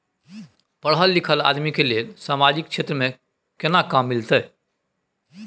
पढल लीखल आदमी के लेल सामाजिक क्षेत्र में केना काम मिलते?